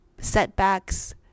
setbacks